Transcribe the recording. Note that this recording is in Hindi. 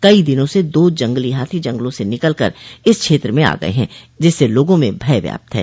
कई दिनों से दो जंगली हाथी जंगलों से निकल कर इस क्षेत्र मेंआ गये हैं जिससे लोगों में भय व्याप्त हैं